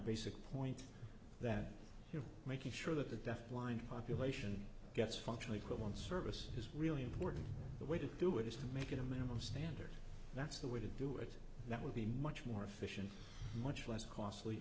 basic point that you're making sure that the deaf blind population gets functionally equivalent service is really important the way to do it is to make it a minimum standard that's the way to do it that would be much more efficient much less costly